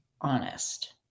honest